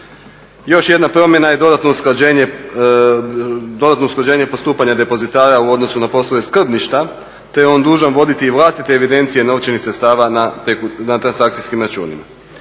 Još jedna promjena je dodatno usklađenje postupanja depozitara u odnosu na poslove skrbništva te je on dužan voditi i vlastite evidencije novčanih sredstava na transakcijskim računima.